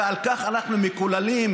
ועל כך אנחנו מקוללים?